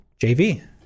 JV